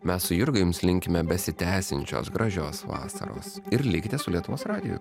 mes su jurga jums linkime besitęsiančios gražios vasaros ir likite su lietuvos radiju